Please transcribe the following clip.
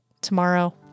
tomorrow